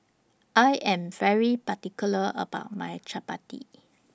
I Am particular about My Chapati